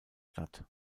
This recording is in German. stadt